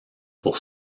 pour